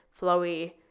flowy